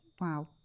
Wow